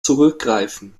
zurückgreifen